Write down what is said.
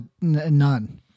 none